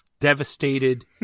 devastated